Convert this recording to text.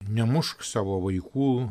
nemušk savo vaikų